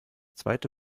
zweite